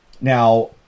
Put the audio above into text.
Now